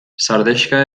sardexka